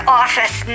office